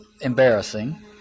embarrassing